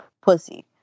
pussy